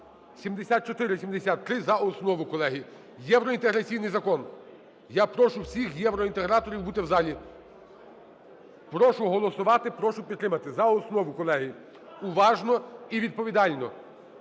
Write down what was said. (7473) за основу, колеги. Євроінтеграційний закон. Я прошу всіхєвроінтеграторів бути в залі. Прошу голосувати, прошу підтримати за основу, колеги. Уважно і відповідально.